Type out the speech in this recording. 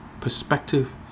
perspective